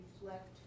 reflect